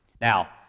Now